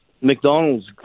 McDonald's